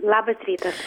labas rytas